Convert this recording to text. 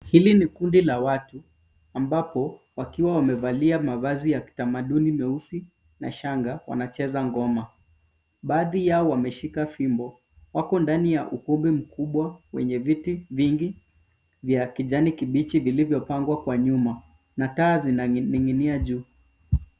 Hili ni kundi la watu ambapo wakiwa wamevalia mavazi ya kitamaduni meusi na shanga wancheza ngoma, baadhi yao wameshika fimbo, wako ndani ya ukumbi mkubwa wenye viti vingi vya kijani kibichi vilivyopangwa kwa nyuma na taa zinaning'inia juu.